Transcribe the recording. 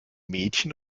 mädchen